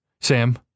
Sam